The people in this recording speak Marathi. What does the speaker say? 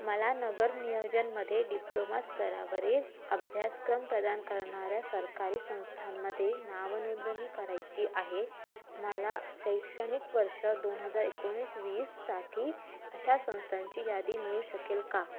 मला नगरनियोजनमध्ये डिप्लोमा स्तरावरील अभ्यासक्रम प्रदान करणाऱ्या सरकारी संस्थांमध्ये नावनोंदणी करायची आहे मला शैक्षणिक वर्ष दोन हजार एकोणीस वीससाठी अशा संस्थांची यादी मिळू शकेल का